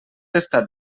estat